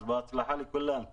בהצלחה לכולם.